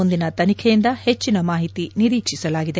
ಮುಂದಿನ ತನಿಖೆಯಿಂದ ಹೆಚ್ಚಿನ ಮಾಹಿತಿ ನಿರೀಕ್ಷಿಸಲಾಗಿದೆ